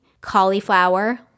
cauliflower